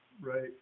Right